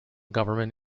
government